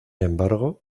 embargo